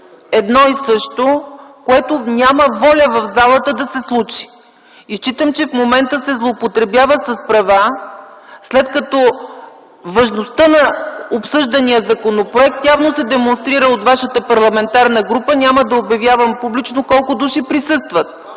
едно и също, което няма воля в залата да се случи. Смятам, че в момента се злоупотребява с права, след като важността на обсъждания законопроект явно се демонстрира от вашата парламентарна група – няма да обявявам публично колко души присъстват.